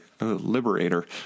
Liberator